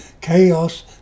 chaos